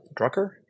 Drucker